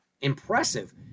impressive